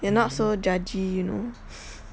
you're not so judging you know